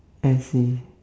I see